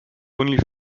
only